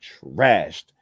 trashed